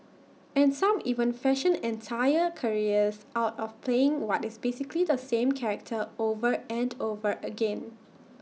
and some even fashion entire careers out of playing what is basically the same character over and over again